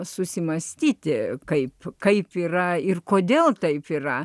susimąstyti kaip kaip yra ir kodėl taip yra